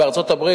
בארצות-הברית,